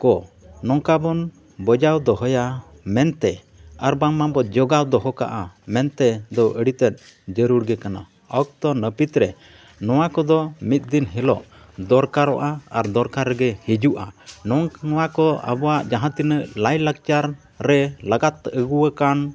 ᱠᱚ ᱱᱚᱝᱠᱟ ᱵᱚᱱ ᱵᱚᱡᱟᱭ ᱫᱚᱦᱚᱭᱟ ᱢᱮᱱᱛᱮ ᱟᱨ ᱵᱟᱝᱢᱟ ᱵᱚᱱ ᱡᱚᱜᱟᱣ ᱫᱚᱦᱚ ᱠᱟᱜᱼᱟ ᱢᱮᱱᱛᱮᱫ ᱫᱚ ᱟᱹᱰᱤ ᱛᱮᱫ ᱡᱟᱹᱨᱩᱲ ᱜᱮ ᱠᱟᱱᱟ ᱚᱠᱛᱚ ᱱᱟᱹᱯᱤᱛ ᱨᱮ ᱱᱚᱣᱟ ᱠᱚᱫᱚ ᱢᱤᱫ ᱫᱤᱱ ᱦᱤᱞᱳᱜ ᱫᱚᱨᱠᱟᱨᱚᱜᱼᱟ ᱟᱨ ᱫᱚᱨᱠᱟᱨ ᱨᱮᱜᱮ ᱦᱤᱡᱩᱜᱼᱟ ᱱᱚᱣᱟ ᱠᱚ ᱟᱵᱚᱣᱟᱜ ᱡᱟᱦᱟᱸ ᱛᱤᱱᱟᱹᱜ ᱞᱟᱭ ᱞᱟᱠᱪᱟᱨ ᱨᱮ ᱞᱟᱜᱟᱛ ᱟᱹᱜᱩ ᱟᱠᱟᱱ